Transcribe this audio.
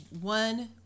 one